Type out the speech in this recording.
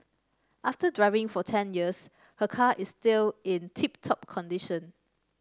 after driving for ten years her car is still in tip top condition